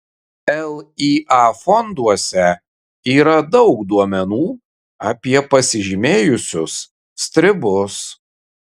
lya fonduose yra daug duomenų apie pasižymėjusius stribus